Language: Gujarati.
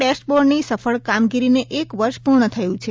ડેશબોર્ડની સફળ કામગીરીને એક વર્ષ પૂર્ણ થયું છે